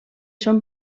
són